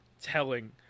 telling